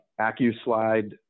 AccuSlide